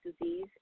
disease